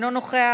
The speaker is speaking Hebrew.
אינו נוכח,